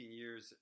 years